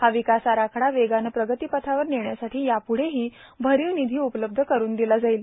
हा विकास आराखडा वेगानं प्रगती पथावर नेण्यासाठी यापुढेहो भरांव भानधी उपलब्ध करुन दिला जाईल